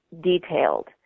detailed